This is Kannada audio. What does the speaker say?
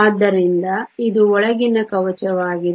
ಆದ್ದರಿಂದ ಇದು ಒಳಗಿನ ಕವಚವಾಗಿದೆ